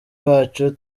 bacu